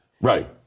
Right